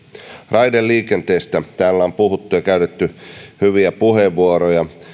raideliikenteestä täällä on puhuttu ja käytetty hyviä puheenvuoroja